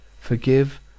Forgive